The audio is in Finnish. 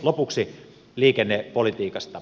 lopuksi liikennepolitiikasta